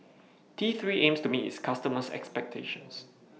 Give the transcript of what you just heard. T three aims to meet its customers' expectations